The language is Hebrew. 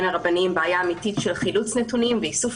אמיתיות.